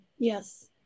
Yes